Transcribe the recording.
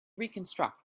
reconstruct